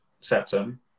septum